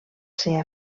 ser